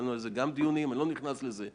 אני לא נכנס לזה.